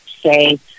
say